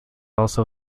also